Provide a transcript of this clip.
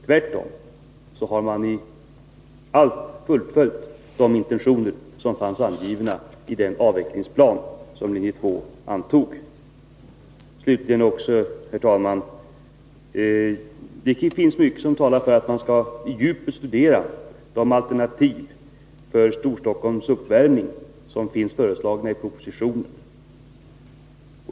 Tvärtom har man i allt fullföljt de intentioner som fanns angivna i den avvecklingsplan som linje 2 antog. Det finns mycket som talar för att man skall i djupet studera de alternativ för Storstockholms uppvärmning som finns föreslagna i propositionen.